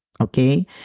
Okay